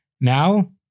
Now